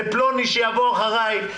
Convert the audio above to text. לפלוני שיבוא אחריי,